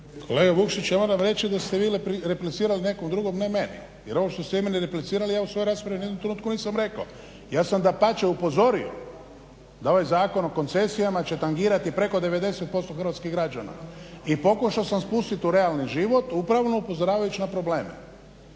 Kolega Vukšić, ja moram reći da ste vi replicirali nekom drugom ne meni, jer ovo što ste vi meni replicirali ja u svojoj raspravi ni u jednom trenutku nisam rekao. Ja sam dapače upozorio da ovaj Zakon o koncesijama će tangirati preko 90% hrvatskih građana i pokušao sam spustit u realni život upravo upozoravajući na probleme.